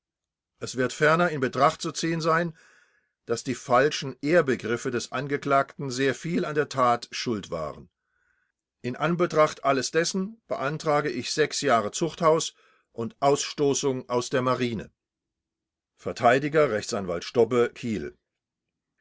es wird ferner in betracht zu ziehen sein daß die falschen ehrbegriffe des angeklagten sehr viel an der tat schuld waren in anbetracht alles dessen beantrage ich jahre zuchthaus und ausstoßung aus der marine verteidiger rechtsanwalt stobbe kiel